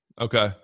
Okay